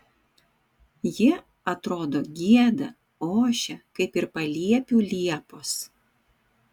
jie atrodo gieda ošia kaip ir paliepių liepos